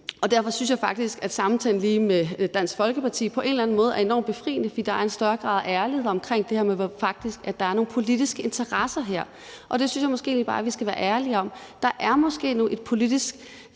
Derfor synes jeg faktisk, at lige samtalen med Dansk Folkeparti på en anden måde er enormt befriende, fordi der er en større grad af ærlighed omkring det her med, at der faktisk er nogle politiske interesser her, og det synes jeg måske egentlig bare vi skal være ærlige om. Der er måske nu politiske